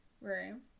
room